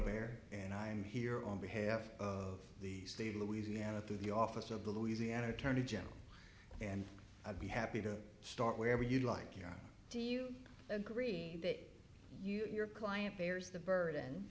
repair and i am here on behalf of the state of louisiana through the office of the louisiana attorney general and i'd be happy to start wherever you like you do you agree that your client bears the burden